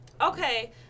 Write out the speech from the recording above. okay